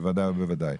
בוודאי ובוודאי.